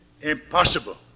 impossible